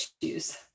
issues